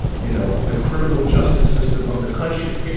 you know, the criminal justice system of the country!